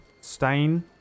stain